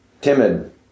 timid